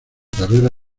carrera